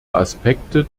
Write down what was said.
aspekte